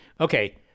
Okay